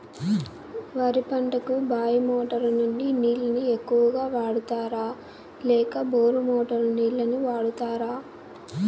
వరి పంటకు బాయి మోటారు నుండి నీళ్ళని ఎక్కువగా వాడుతారా లేక బోరు మోటారు నీళ్ళని వాడుతారా?